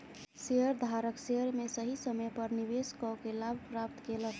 शेयरधारक शेयर में सही समय पर निवेश कअ के लाभ प्राप्त केलक